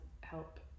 help